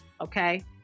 okay